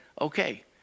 okay